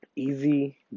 Easy